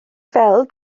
fel